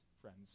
friends